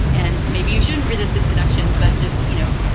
and maybe you shouldn't resisted seductions, but just, you know,